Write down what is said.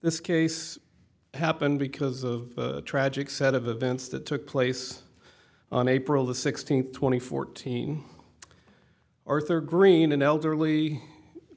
this case happened because of tragic set of events that took place on april the sixteenth two thousand and fourteen arthur green an elderly